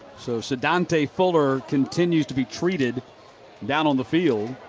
so sadonte fuller continues to be treated down on the field.